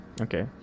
Okay